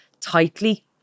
tightly